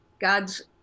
god's